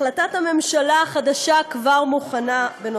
החלטת הממשלה החדשה בנושא זה כבר מוכנה.